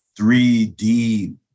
3D